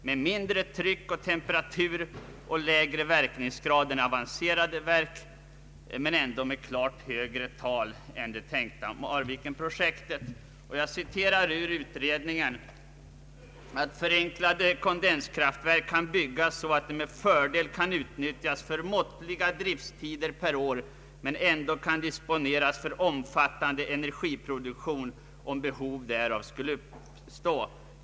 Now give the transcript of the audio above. Det är beprövade typer med lägre tryck, temperatur och verkningsgrad än avancerade verk men ändå med klart högre tal än det tänkta Marvikenprojektet. Jag citerar ur utredningen: ”Förenklade kondenskraftverk skall byggas så att de med fördel kan utnyttjas för måttliga drifttider per år men ändå kan disponeras för omfattande energiproduktion om be hovet därav skulle uppstå.